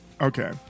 Okay